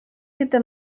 gyda